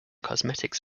cosmetics